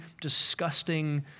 disgusting